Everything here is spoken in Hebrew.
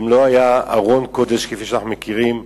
אם לא היה ארון קודש כפי שאנחנו מכירים,